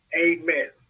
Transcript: Amen